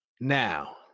Now